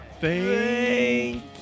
Thank